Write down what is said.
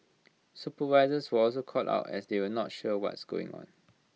supervisors were also caught out as they were not sure what's going on